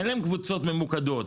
אין להם קבוצות ממוקדות,